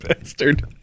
bastard